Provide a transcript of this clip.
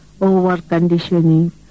over-conditioning